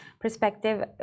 perspective